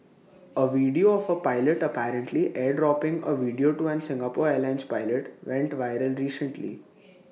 A video of A pilot apparently airdropping A video to an Singapore airlines pilot went viral recently